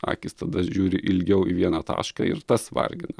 akys tada žiūri ilgiau į vieną tašką ir tas vargina